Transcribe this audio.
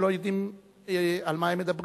הם לא יודעים על מה הם מדברים.